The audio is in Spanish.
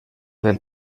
del